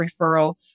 referral